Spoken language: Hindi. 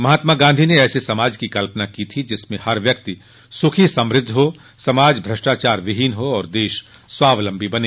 महात्मा गांधी ने ऐसे समाज की कल्पना की थी जिसमें हर व्यक्ति सुख समृद्ध हो समाज भ्रष्टाचार विहीन हो और देश स्वावलम्बी बन